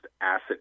asset